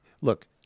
look